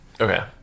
Okay